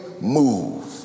move